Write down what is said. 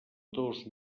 dos